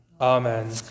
Amen